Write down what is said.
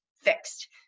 fixed